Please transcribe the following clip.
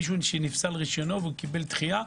מי שנפסל רשיונו וקיבל דחייה,